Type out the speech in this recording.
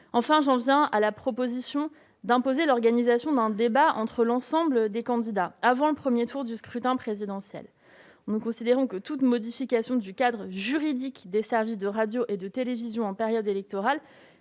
Enfin, j'en viens à la proposition d'imposer l'organisation d'un débat entre l'ensemble des candidats avant le premier tour du scrutin présidentiel. Nous considérons que toute modification du cadre juridique des services de radio et de télévision en période électorale